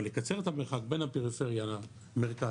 אבל לקצר את המרחק בין הפריפריה למרכז,